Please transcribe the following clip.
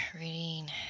reading